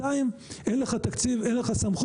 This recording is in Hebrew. בינתיים, אין לך תקציב, אין לך סמכות.